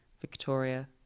Victoria